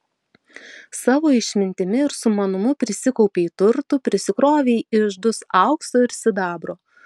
savo išmintimi ir sumanumu prisikaupei turtų prisikrovei iždus aukso ir sidabro